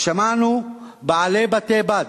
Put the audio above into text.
ושמענו בעלי בתי-בד